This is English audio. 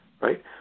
right